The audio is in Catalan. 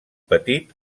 petit